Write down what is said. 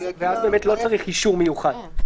ואז באמת לא צריך אישור מיוחד.